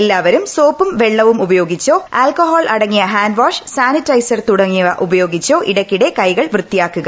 എല്ലാവരും സോപ്പും വെള്ളവുമുപയോഗിച്ചോ ആൾക്കഹോൾ അടങ്ങിയ ഹാൻഡ് വാഷ് സാനിസൈറ്റർ തുടങ്ങിയവ ഉപയോഗിച്ചോ ഇടയ്ക്കിടെ കൈകൾ വൃത്തിയാക്കുക